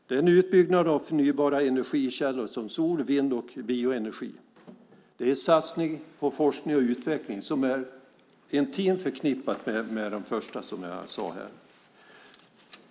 Det är en utbyggnad av förnybara energikällor som sol, vind och bioenergi. Det är en satsning på forskning och utveckling som är intimt förknippad med det första som jag sade.